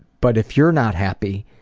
but if you're not happy,